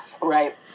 Right